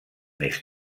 més